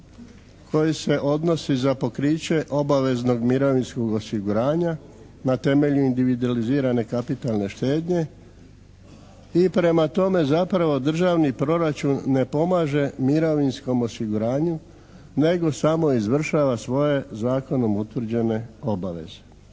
koji se odnosi za pokriće obaveznog mirovinskog osiguranja na temelju individualizirane kapitalne štednje i prema tome zapravo državni proračun ne pomaže mirovinskom osiguranju nego samo izvršava svoje zakonom utvrđene obaveze.